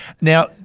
Now